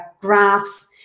graphs